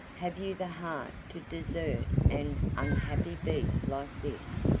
have you the heart to desert an unhappy beast like this?